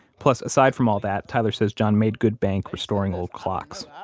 plus, aside from all that, tyler says john made good bank restoring old clocks.